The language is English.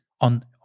on